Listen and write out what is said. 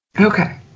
Okay